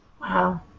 Wow